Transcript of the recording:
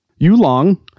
Yulong